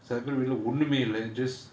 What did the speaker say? surrounding lah ஒண்ணுமே இல்ல:onnumae illa just